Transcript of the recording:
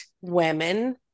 women